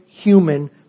human